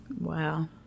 Wow